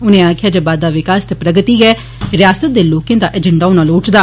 उने आक्खेआ जे बाद्दा विकास ते प्रगति गै रियासत दे लोकें दा अजेंडा होना लोड़चदा